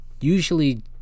usually